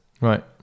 Right